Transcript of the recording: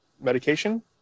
Medication